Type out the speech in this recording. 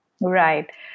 Right